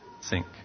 sink